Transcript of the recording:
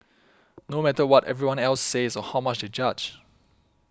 no matter what everyone else says or how much they judge